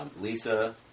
Lisa